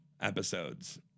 episodes